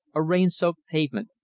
a rain-soaked pavement,